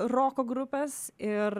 roko grupės ir